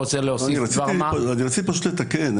אני רציתי פשוט לתקן.